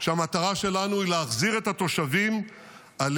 שהמטרה שלנו היא להחזיר את התושבים על